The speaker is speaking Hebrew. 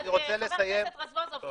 חבר הכנסת רזבוזוב,